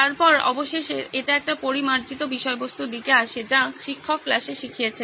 তারপরে অবশেষে এটি একটি পরিমার্জিত বিষয়বস্তুর দিকে আসে যা শিক্ষক ক্লাসে শিখিয়েছেন